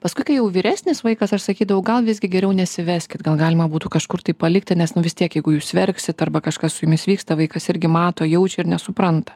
paskui kai jau vyresnis vaikas aš sakydavau gal visgi geriau nesiveskit gal galima būtų kažkur tai palikti nes nu vis tiek jeigu jūs verksit arba kažkas su jumis vyksta vaikas irgi mato jaučia ir nesupranta